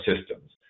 systems